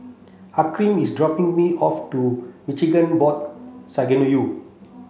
Hakim is dropping me off to Maghain Aboth Synagogue